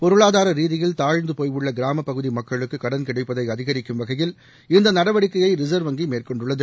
பொருளாதார ரீதியில் தாழ்ந்து போய் உள்ள கிராமப்பகுதி மக்களுக்கு கடன் கிடைப்பதை அதிகரிக்கும் வகையில் இந்த நடவடிக்கையை ரிசர்வ் வங்கி மேற்கொண்டுள்ளது